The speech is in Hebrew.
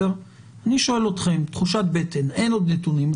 אני שואל אתכם לתחושת בטן עוד אין נתונים,